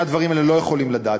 את שני הדברים האלה לא יכולים לתת.